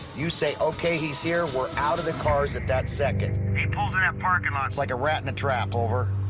you say, ok he's here, we're out of the cars at that second. if he pulls in that parking lot it's like a rat in a trap, over.